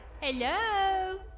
Hello